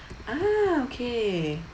ah okay